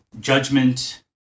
Judgment